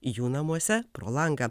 jų namuose pro langą